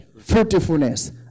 fruitfulness